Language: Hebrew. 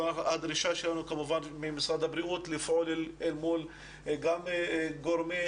הדרישה שלנו כמובן ממשרד הבריאות לפעול מול גם גורמי